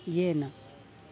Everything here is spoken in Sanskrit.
येन